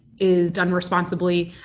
is done responsibly,